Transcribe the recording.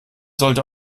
sollte